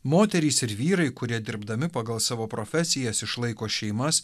moterys ir vyrai kurie dirbdami pagal savo profesijas išlaiko šeimas